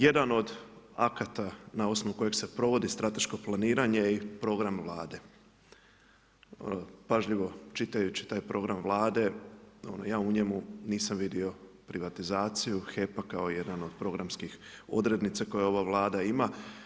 Jedan od akata na osnovu kojeg se provodi strateško planiranje i program Vlade, ono pažljivo čitajući taj program Vlade, ja u njemu nisam vidio privatizaciju HEP-a kao jedan od programskih odrednica koje ova Vlada ima.